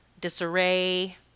disarray